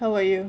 how about you